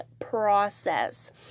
process